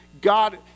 God